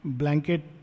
blanket